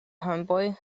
homeboy